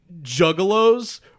Juggalos